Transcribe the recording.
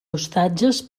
ostatges